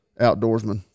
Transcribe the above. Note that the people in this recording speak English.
outdoorsman